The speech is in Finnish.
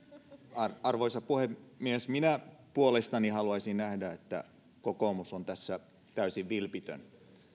arvoisa puhemies minä puolestani haluaisin nähdä että kokoomus on tässä täysin vilpitön